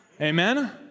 Amen